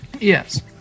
Yes